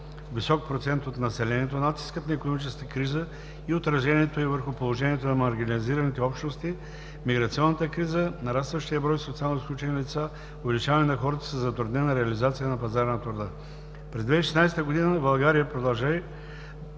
висок процент от населението, натискът на икономическата криза и отражението й върху положението на маргинализираните общности, миграционната криза, нарастващият брой социално изключени лица, увеличаване на хората със затруднена реализация на пазара на труда. През 2016 г. населението в България продължи